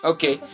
Okay